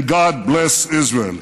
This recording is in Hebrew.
And God bless Israel.